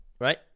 right